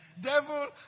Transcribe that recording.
Devil